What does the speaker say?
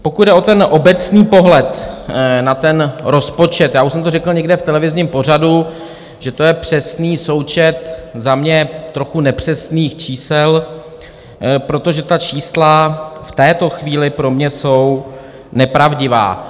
Pokud jde o ten obecný pohled na ten rozpočet, já už jsem to řekl někde v televizním pořadu, že to je přesný součet za mě trochu nepřesných čísel, protože ta čísla v této chvíli pro mě jsou nepravdivá.